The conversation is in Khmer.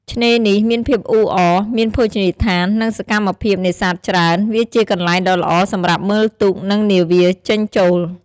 ឆ្នេរនេះមានភាពអ៊ូអរ មានភោជនីយដ្ឋាន និងសកម្មភាពនេសាទច្រើន វាជាកន្លែងដ៏ល្អសម្រាប់មើលទូក និងនាវាចេញចូល។